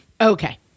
okay